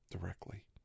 directly